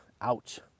Ouch